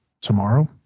tomorrow